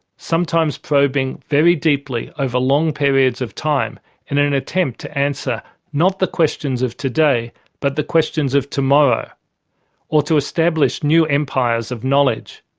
sometimes probing very deeply over long periods of time in an attempt to answer not the questions of today but the questions of tomorrow or to establish new empires of knowledge.